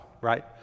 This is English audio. right